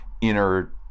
inner